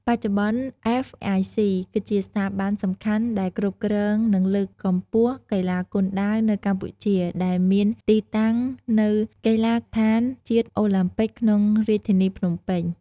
បច្ចុប្បន្ន អ្វេស អាយ សុី គឺជាស្ថាប័នសំខាន់ដែលគ្រប់គ្រងនិងលើកកម្ពស់កីឡាគុនដាវនៅកម្ពុជាដែលមានទីតាំងនៅកីឡដ្ឋានជាតិអូឡាំពិកក្នុងរាជធានីភ្នំពេញ។